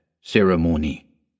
ceremony